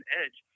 edge